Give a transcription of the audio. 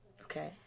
Okay